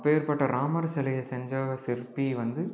அப்பேற்பட்ட ராமர் சிலைய செஞ்ச சிற்பி வந்து